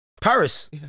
Paris